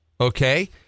okay